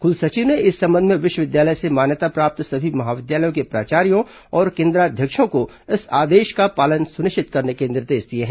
कुलसचिव ने इस संबंध में विश्वविद्यालय से मान्यता प्राप्त सभी महाविद्यालयों के प्राचार्यो और केन्द्राध्यक्षों को इस आदेश का पालन सुनिश्चित करने के निर्देश दिए हैं